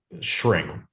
shrink